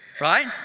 Right